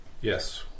Yes